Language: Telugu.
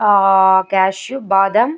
క్యాష్యూ బాదం